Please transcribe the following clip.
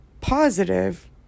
positive